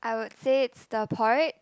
I would say it's the porridge